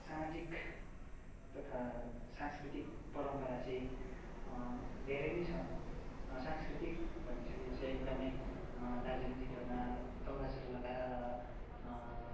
सामाजिक तथा सांस्कृतिक परम्परा चाहिँ धेरै नै छ सांस्कृतिक भनिसकेपछि एकदमै दार्जिलिङ क्षेत्रमा दौरा सुरुवाल लगाएर